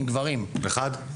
אחד.